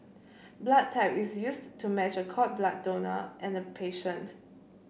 blood type is used to match a cord blood donor and a patient